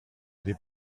des